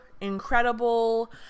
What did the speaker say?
incredible